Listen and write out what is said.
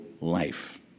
life